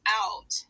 out